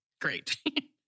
great